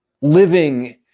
Living